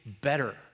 better